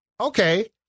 okay